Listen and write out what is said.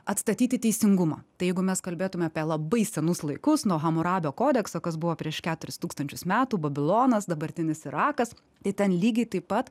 atstatyti teisingumą tai jeigu mes kalbėtume apie labai senus laikus nuo hamurabio kodekso kas buvo prieš keturis tūkstančius metų babilonas dabartinis irakas tai ten lygiai taip pat